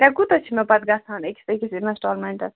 ترٛےٚ کوٗتاہ چھُ مےٚ پَتہٕ گژھان أکِس أکِس اِنَسٹالمٮ۪نٛٹَس